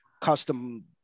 custom